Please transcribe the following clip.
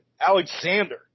Alexander